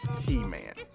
He-Man